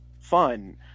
fun